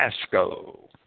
pasco